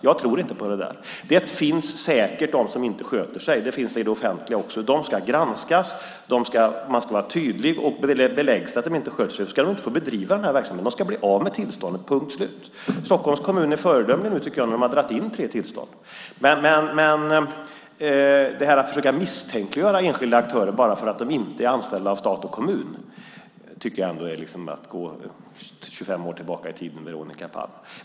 Jag tror inte på det. Det finns säkert de som inte sköter sig. Det finns det i det offentliga också. De ska granskas. Man ska vara tydlig. Om det beläggs att de inte sköter sig ska de inte få bedriva den här verksamheten. De ska bli av med tillståndet, punkt slut. Stockholms kommun är föredömlig tycker jag när man har dragit in tre tillstånd. Att försöka misstänkliggöra enskilda aktörer bara för att de inte är anställda av stat och kommun tycker jag är att gå 25 år tillbaka i tiden, Veronica Palm.